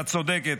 את צודקת.